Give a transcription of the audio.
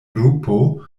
grupo